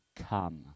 come